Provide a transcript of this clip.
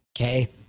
okay